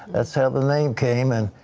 that is how the name came and